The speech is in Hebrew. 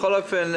בכל אופן,